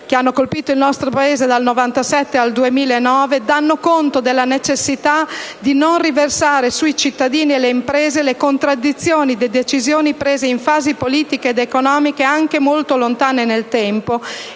che hanno colpito il nostro Paese dal 1997 al 2009, danno conto della necessità di non riversare sui cittadini e le imprese le contraddizioni di decisioni prese in fasi politiche ed economiche anche molto lontane nel tempo